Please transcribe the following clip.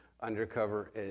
undercover